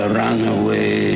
runaway